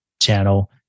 channel